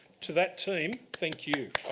to that team, thank you.